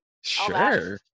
sure